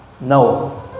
no